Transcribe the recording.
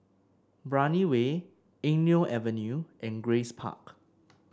Brani Way Eng Neo Avenue and Grace Park